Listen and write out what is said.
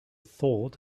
thought